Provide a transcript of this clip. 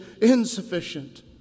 insufficient